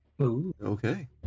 Okay